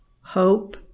hope